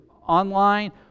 online